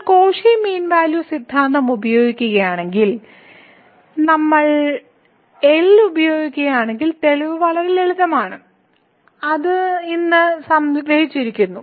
നിങ്ങൾ Cauchy mean value സിദ്ധാന്തം ഉപയോഗിക്കുകയാണെങ്കിൽ നമ്മൾ എൽ ഉപയോഗിക്കുകയാണെങ്കിൽ തെളിവ് വളരെ ലളിതമാണ് അത് ഇന്ന് സംഗ്രഹിച്ചിരിക്കുന്നു